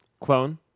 Clone